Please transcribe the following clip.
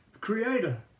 Creator